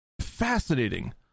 fascinating